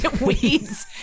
Weeds